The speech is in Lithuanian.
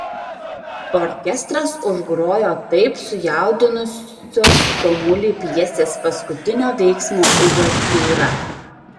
orkestras užgrojo taip sujaudinusios tamulį pjesės paskutinio veiksmo uvertiūrą